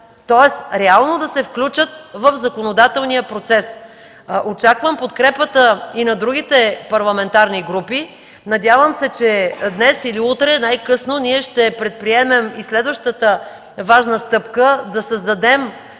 тоест реално да се включат в законодателния процес. Очаквам подкрепата и на другите парламентарни групи. Надявам се, че днес или утре най-късно ние ще предприемем и следващата важна стъпка – да създадем